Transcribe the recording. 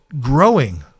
growing